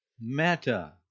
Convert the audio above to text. Meta